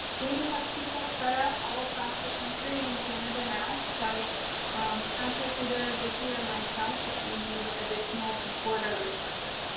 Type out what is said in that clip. we have people spread and out all across the country and canada now. so contact either vicki or myself if you need additional support or resources.